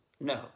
no